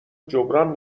جبران